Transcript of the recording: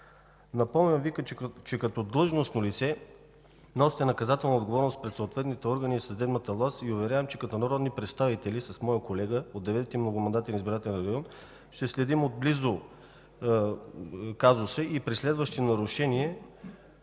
Напомням Ви, че като длъжностно лице носите наказателна отговорност пред съответните органи и съдебната власт и Ви уверявам, че като народни представители с моя колега от 9. многомандатен избирателен район ще следим отблизо казуса и при следващи нарушения,